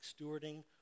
stewarding